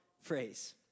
phrase